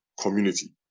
community